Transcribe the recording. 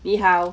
你好